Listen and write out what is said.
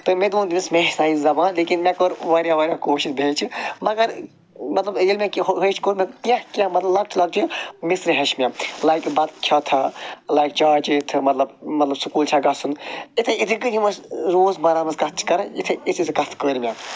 تہٕ مےٚ تہِ ووٚن تٔمِس مےٚ ہیچھناو یہِ زبان لیکِن مےٚ کٔر واریاہ واریاہ کوٗشش بہٕ ہیچھِ مگر مطلب ییٚلہِ مےٚ کینٛہہ ہیوٚچھ کینٛہہ کینٛہہ لۄکچہٕ لۄکچہٕ مصرِ ہیچھ مےٚ لایک کہِ بتہٕ کھیوتھا لایک چاے چیتھٕ مطلب مطلب سکوٗل چھےٚ گژھُن یتھے کٔنۍ یِم ٲسۍ روزمرہ منٛز کتھ چھِ کران یتھتے یژھے کتھ کٔر مےٚ